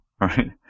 right